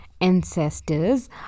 Ancestors